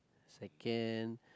second